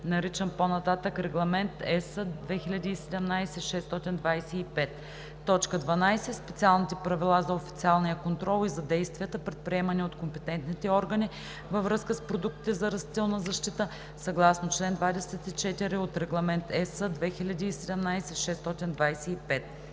наричан по-нататък „Регламент (ЕС) 2017/625“; 12. специалните правила за официалния контрол и за действията, предприемани от компетентните органи във връзка с продуктите за растителна защита, съгласно чл. 24 от Регламент (ЕС) 2017/625.”